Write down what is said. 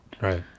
Right